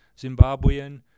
Zimbabwean